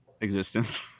existence